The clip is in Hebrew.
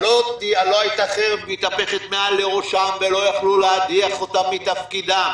לא הייתה חרב מתהפכת מעל לראשם ולא יכלו להדיח אותם מתפקידם.